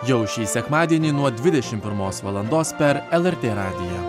jau šį sekmadienį nuo dvidešimt pirmos valandos per lrt radiją